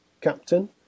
captain